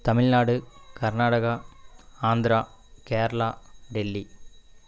Tamil Nadu Karnataka Andhra Kerala Delhi